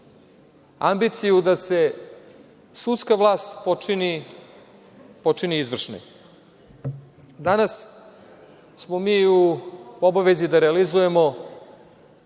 ambiciju da se sudska vlast potčini izvršnoj. Danas smo mi u obavezi da realizujemo